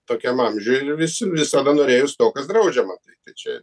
tokiam amžiuj ir visi visada norėjos to kas draudžiama tai čia